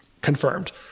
confirmed